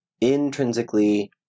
intrinsically